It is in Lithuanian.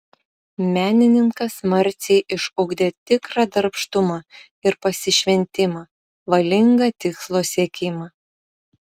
menininkas marcei išugdė tikrą darbštumą ir pasišventimą valingą tikslo siekimą